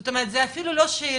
זאת אומרת זה אפילו לא שאלה,